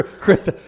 Chris